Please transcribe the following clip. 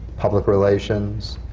public relations,